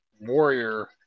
Warrior